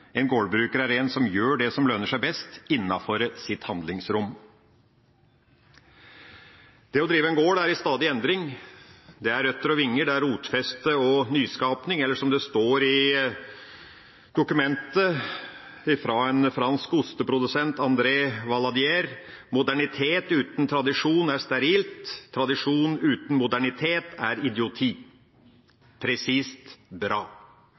En gårdbruker er en som gjør det som lønner seg mest innenfor sitt handlingsrom. Å drive en gård er i stadig endring. Det er røtter og vinger, det er rotfeste og nyskaping, eller som det står i meldinga at en fransk osteprodusent, André Valadier, sier: «Modernitet utan tradisjon er sterilt, tradisjon utan modernitet er idioti.» Presist – bra!